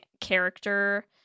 character